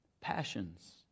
Passions